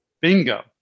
Bingo